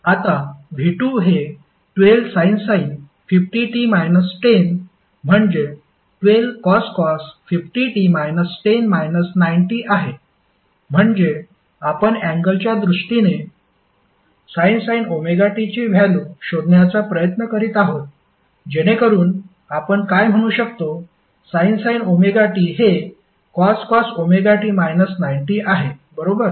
आता V2 हे 12sin 50t 10 म्हणजे 12cos 50t 10 90 आहे म्हणजे आपण अँगलच्या दृष्टीने sin ωt ची व्हॅल्यु शोधण्याचा प्रयत्न करीत आहोत जेणेकरुन आपण काय म्हणू शकतो sin ωt हे cos ωt 90 आहे बरोबर